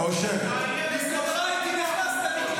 אוהל עם ארבע יתדות לא ידעת לפרק,